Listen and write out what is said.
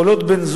כל עוד בן-זוג,